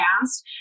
past